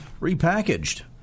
repackaged